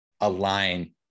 align